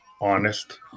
honest